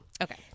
Okay